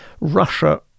Russia